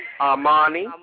Armani